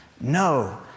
No